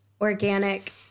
organic